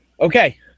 Okay